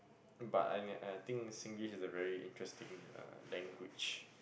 but I and I think Singlish is a very interesting uh language